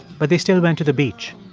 but they still went to the beach.